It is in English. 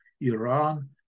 Iran